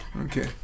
Okay